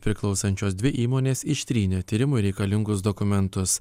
priklausančios dvi įmonės ištrynė tyrimui reikalingus dokumentus